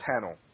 panel